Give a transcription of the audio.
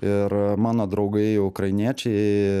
ir mano draugai ukrainiečiai